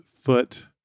foot